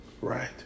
right